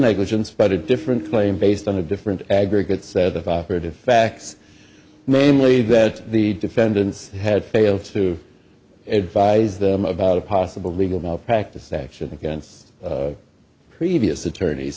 negligence but a different claim based on a different aggregate set of operative facts namely that the defendants had failed to advise them about a possible legal malpractise action against previous attorneys